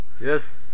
Yes